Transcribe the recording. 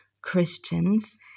Christians